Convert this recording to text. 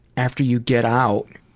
after you get out.